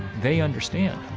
they understand,